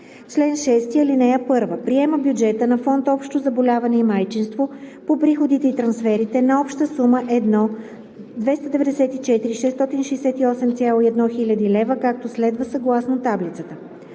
„Чл. 6. (1) Приема бюджета на фонд „Общо заболяване и майчинство“ по приходите и трансферите на обща сума 1 294 668,1 хил. лв., както следва: съгласно таблицата.